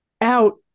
out